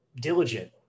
diligent